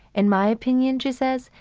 in my opinion, she says,